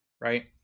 right